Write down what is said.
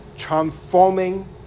transforming